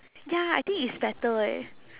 ya I think it's better eh